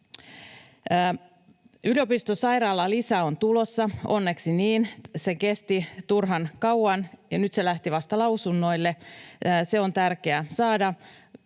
Yliopistosairaalalisä on tulossa, onneksi niin. Se kesti turhan kauan, ja nyt se lähti vasta lausunnoille. Se on tärkeää saada,